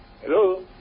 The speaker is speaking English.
Hello